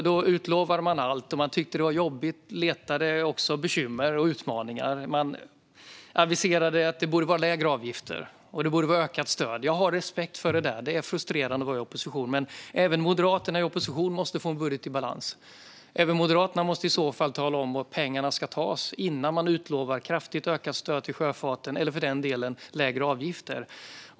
Då utlovade man allt, och man tyckte att det var jobbigt och letade bekymmer och utmaningar. Man aviserade att det borde vara lägre avgifter och ökat stöd. Jag har respekt för det där - det är frustrerande att vara i opposition. Men även Moderaterna i opposition måste få en budget i balans. Även Moderaterna måste i så fall kunna tala om varifrån pengarna ska tas innan man utlovar kraftigt ökat stöd till sjöfarten eller för den delen lägre avgifter.